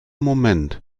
moment